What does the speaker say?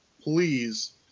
please